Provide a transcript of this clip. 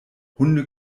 hunde